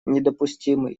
недопустимы